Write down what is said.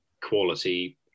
quality